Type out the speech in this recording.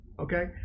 Okay